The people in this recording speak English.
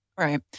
Right